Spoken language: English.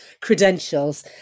credentials